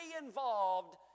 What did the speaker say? involved